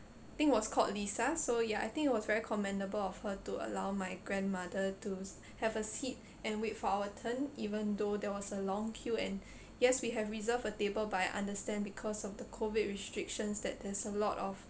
think was called lisa so ya I think it was very commendable of her to allow my grandmother to have a seat and wait for our turn even though there was a long queue and yes we have reserve a table but I understand because of the COVID restrictions that there's a lot of